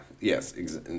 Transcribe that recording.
yes